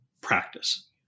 practice